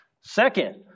Second